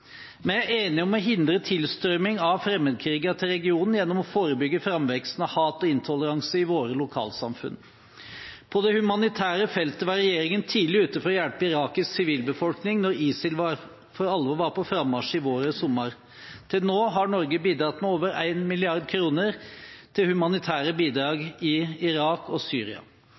Vi er enige om å hindre en tilstrømming av fremmedkrigere til regionen gjennom å forebygge framveksten av hat og intoleranse i våre lokalsamfunn. På det humanitære feltet var regjeringen tidlig ute med å hjelpe irakisk sivilbefolkning da ISIL for alvor var på frammarsj i vår og sommer. Til nå har Norge bidratt med over 1 mrd. kr til humanitære bidrag i Irak og Syria.